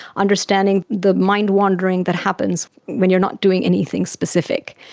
understanding the mind wandering that happens when you are not doing anything specific.